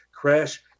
crash